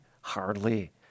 Hardly